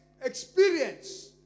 experience